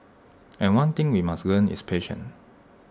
and one thing we must learn is patience